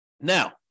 Now